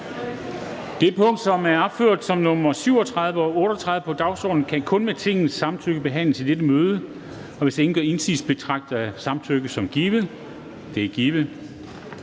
De punkter, som er opført som nr. 37 og 38 på dagsordenen, kan kun med Tingets samtykke behandles i dette møde. Hvis ingen gør indsigelse, betragter jeg samtykket som givet. Det er givet.